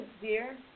dear